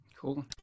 Cool